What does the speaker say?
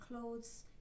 clothes